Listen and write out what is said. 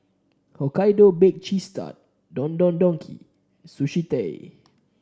Hokkaido Baked Cheese Tart Don Don Donki Sushi Tei